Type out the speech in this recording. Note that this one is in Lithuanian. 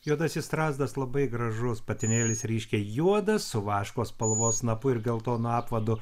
juodasis strazdas labai gražus patinėlis ryškiai juodas su vaško spalvos snapu ir geltonu apvadu